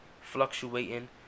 fluctuating